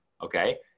okay